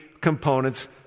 components